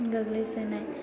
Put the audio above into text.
गोग्लैसोनाय